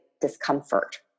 discomfort